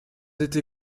été